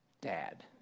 dad